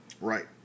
Right